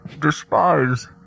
despise